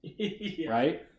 right